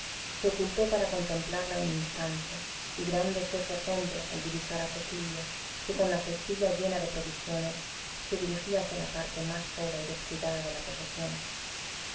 se ocultó para contemplarla un instante y grande fue su asombro al divisar a cecilia que con la cestilla llena de provisiones se dirigía hacia la parte más sola y descuidada de la posesión